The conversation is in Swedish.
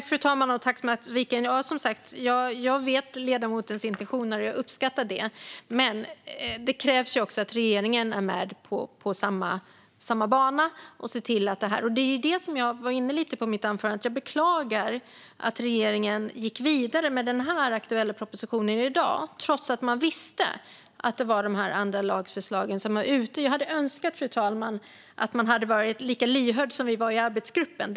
Fru talman! Ja, jag vet, som sagt, ledamoten Mats Wikings intentioner, och jag uppskattar dem. Men det krävs att regeringen är på samma bana. Det var det som jag var lite inne på i mitt anförande. Jag beklagar att regeringen gick vidare med den aktuella propositionen i dag trots att de visste att det fanns andra lagförslag. Jag hade önskat, fru talman, att de hade varit lika lyhörda som vi i arbetsgruppen var.